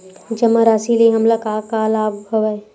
जमा राशि ले हमला का का लाभ हवय?